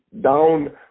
down